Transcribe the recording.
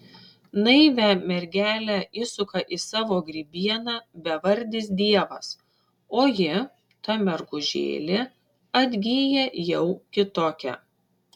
naivią mergelę įsuka į savo grybieną bevardis dievas o ji ta mergužėlė atgyja jau kitokia